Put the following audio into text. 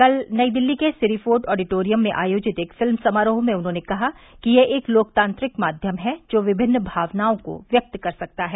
कल नई दिल्ली के सिरी फोर्ट ऑडिटोरियम में आयोजित एक फिल्म समारोह में उन्होंने कहा कि यह एक लोकतांत्रिक माध्यम है जो विभिन्न भावनाओं को व्यक्त कर सकता है